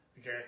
Okay